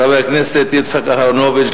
חבר הכנסת יצחק אהרונוביץ,